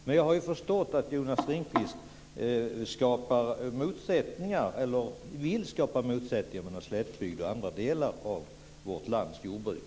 Men jag har ju förstått att Jonas Ringqvist vill skapa motsättningar mellan slättbygd och andra delar av vårt lands jordbruk.